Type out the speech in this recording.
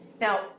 Now